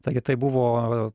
taigi tai buvo